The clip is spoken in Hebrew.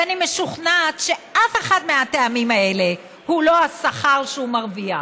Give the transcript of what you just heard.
ואני משוכנעת שאף אחד מהטעמים האלה הוא לא השכר שהוא מרוויח.